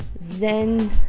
zen